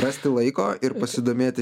rasti laiko ir pasidomėti